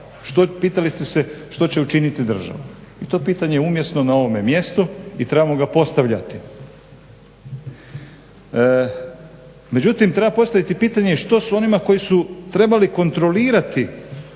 što će učiniti država i to pitanje je umjesno na ovome mjestu i trebamo ga postavljati. Međutim, treba postaviti pitanje i što sa onima koji su trebali kontrolirati